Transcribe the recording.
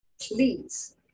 please